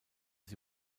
sie